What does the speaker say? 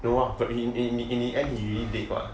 no !wah! in in the end he didn't date what